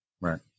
Right